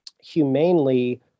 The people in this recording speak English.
humanely